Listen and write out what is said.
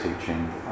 teaching